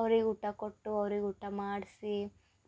ಅವ್ರಿಗೆ ಊಟ ಕೊಟ್ಟು ಅವ್ರಿಗೆ ಊಟ ಮಾಡಿಸಿ